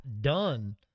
done